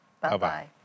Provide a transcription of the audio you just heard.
Bye-bye